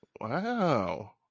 wow